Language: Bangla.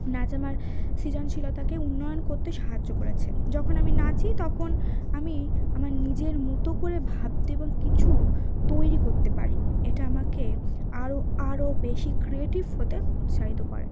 নাচ আমার সৃজনশীলতাকে উন্নয়ন করতে সাহায্য করেছে যখন আমি নাচি তখন আমি আমার নিজের মতো করে ভাবতে এবং কিছু তৈরি করতে পারি এটা আমাকে আরও আরও বেশি ক্রিয়েটিভ হতে উৎসাহিত করে